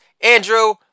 Andrew